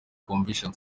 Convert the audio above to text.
convention